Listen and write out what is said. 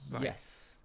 yes